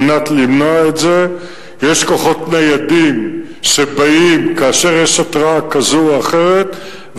על מנת למנוע את זה יש כוחות ניידים שבאים כאשר יש התרעה כזו או אחרת,